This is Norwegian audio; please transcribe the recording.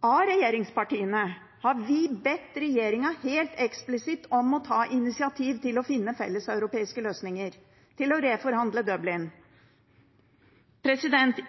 av regjeringspartiene. Vi har bedt regjeringen helt eksplisitt om å ta initiativ til å finne felleseuropeiske løsninger, til å reforhandle Dublinkonvensjonen.